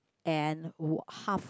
and w~ half